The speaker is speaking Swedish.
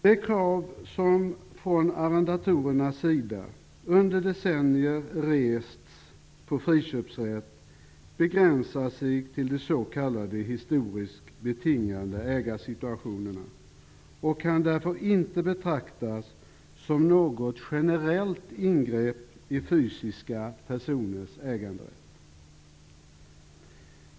De krav på friköpsrätt som under decennier rests från arrendatorernas sida begränsar sig till de s.k. historiskt betingade ägarsituationerna och kan därför inte betraktas som något generellt ingrepp i fysiska personers äganderätt.